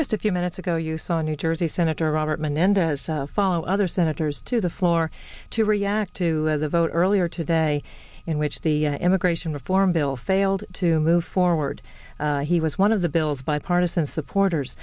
just a few minutes ago you saw new jersey senator robert menendez follow other senators to the floor to react to the vote earlier today in which the immigration reform bill failed to move forward he was one of the bill's bipartisan supporters